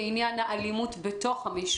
בעניין האלימות בתוך המשפחה?